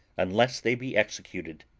unless they be executed!